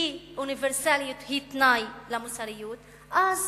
כי אוניברסליות היא תנאי למוסריות, אז